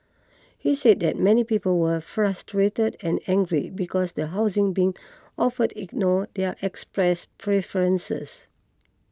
he said that many people were frustrated and angry because the housing being offered ignored their expressed preferences